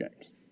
games